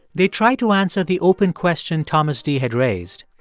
they tried to answer the open question thomas dee had raised,